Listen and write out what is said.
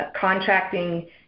contracting